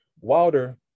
wilder